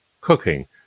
cooking